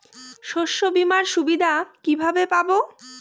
শস্যবিমার সুবিধা কিভাবে পাবো?